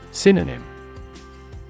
Synonym